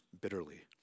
bitterly